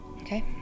Okay